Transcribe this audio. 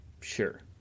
sure